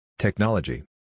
Technology